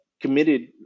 committed